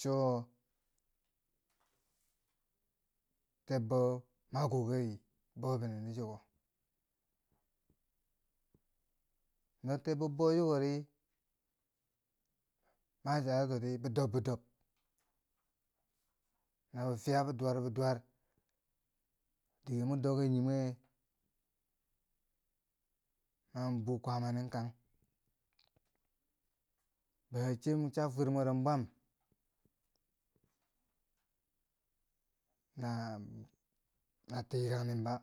cho tebbo ma kokari boh binenti chiko. no tebbo bou chikori ma charitoti bi dob bi dob na bi fiya bi dwar, bi dwar, dike mo doki nyii mwe, an buu kwaama nin kang ba wai sai mon cha fwer mwer bwam naa na tiranghm ba.